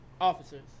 officers